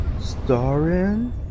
Starring